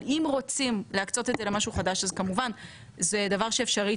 אבל אם רוצים להקצות את זה למשהו חדש אז כמובן שזה דבר שאפשרי,